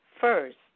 first